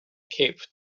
cape